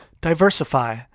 Diversify